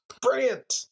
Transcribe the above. Brilliant